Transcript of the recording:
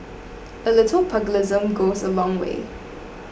a little pugilism goes a long way